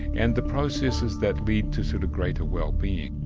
and the processes that lead to sort of greater wellbeing?